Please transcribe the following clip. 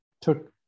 took